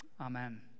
Amen